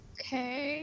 Okay